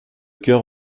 cœur